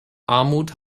armut